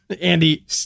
Andy